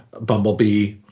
Bumblebee